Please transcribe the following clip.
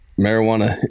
marijuana